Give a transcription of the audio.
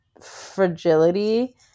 fragility